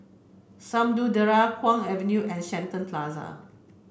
Samudera Kwong Avenue and Shenton Plaza